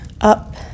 up